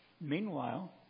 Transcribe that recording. Meanwhile